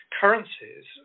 currencies